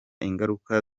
ingaruka